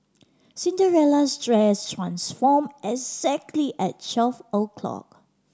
Cinderella's dress transformed exactly at twelve o'clock